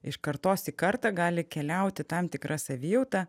iš kartos į kartą gali keliauti tam tikra savijauta